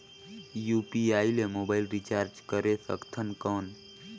UPI ले mobile recharge करे सकथन कौन?